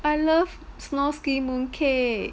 I love snow skin mooncake